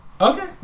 okay